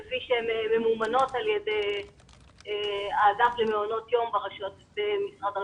כפי שהן ממומנות על ידי האגף למעונות יום במשרד הרווחה.